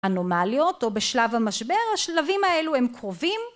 אנומליות או בשלב המשבר, השלבים האלו הם קרובים.